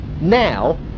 now